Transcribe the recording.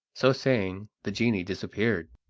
so saying the genie disappeared.